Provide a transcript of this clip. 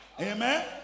Amen